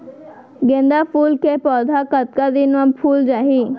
गेंदा फूल के पौधा कतका दिन मा फुल जाही?